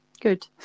good